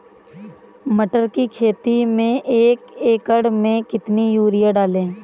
मटर की खेती में एक एकड़ में कितनी यूरिया डालें?